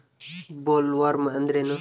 Bollworm ಅಂದ್ರೇನು?